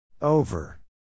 Over